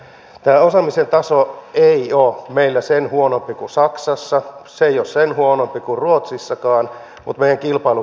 tämä osaamisen taso ei ole meillä sen huonompi kuin saksassa se ei ole sen huonompi kuin ruotsissakaan mutta meidän kilpailukyky on mennyt